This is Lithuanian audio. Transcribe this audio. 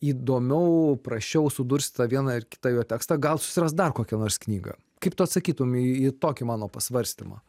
įdomiau prasčiau sudurstytą vieną ar kitą jo tekstą gal susiras dar kokią nors knygą kaip tu atsakytum į į tokį mano pasvarstymą